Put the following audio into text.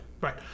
right